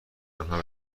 آنها